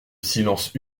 silence